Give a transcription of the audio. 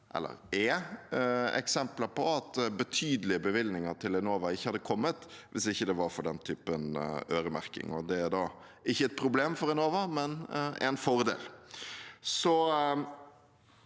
det er eksempler på at betydelige bevilgninger til Enova ikke hadde kommet hvis ikke det var for slik øremerking. Det er da ikke et problem for Enova, men en fordel.